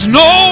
no